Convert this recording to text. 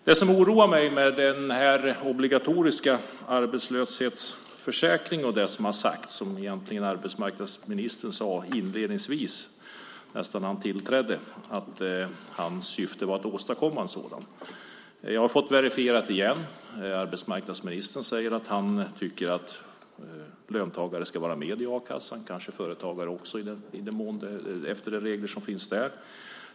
Det som oroar mig med den obligatoriska arbetslöshetsförsäkringen och det som har sagts är det som arbetsmarknadsministern sade inledningsvis när han tillträdde, att hans syfte var att åstadkomma en sådan. Jag har fått det verifierat igen. Arbetsmarknadsministern säger att han tycker att löntagare ska vara med i a-kassan - kanske företagare också enligt de regler som finns där.